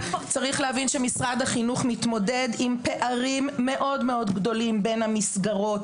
צריך להבין שמשרד החינוך מתמודד עם פערים מאוד גדולים בין המסגרות.